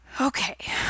Okay